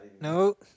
No